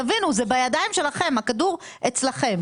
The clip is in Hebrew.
תבינו, זה בידיים שלכם, הכדור אצלכם.